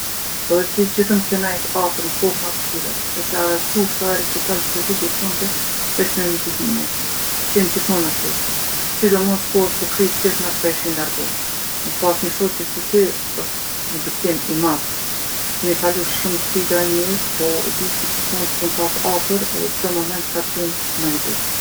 Po edhe ti gjithë m'ke nejtë afër n'kohë ma t'vshtira. E se harroj kurrë sa here ke dalë prej rrugës tonde veç me m'ndihmu mu. Ke qenë gjthmonë aty, sidomos kohët kur krejt tjertë nashta ishin largu. Me pasë ni shoqe si ti osht ni bekim i madh. Kemi kalu shumë sfida n'jetë po e di që gjithmonë t'kom pasë afër edhe çdo moment ka qenë ma i lehtë.